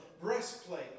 breastplate